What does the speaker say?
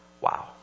Wow